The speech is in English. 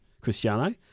Cristiano